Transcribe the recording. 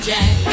Jack